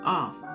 off